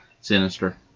sinister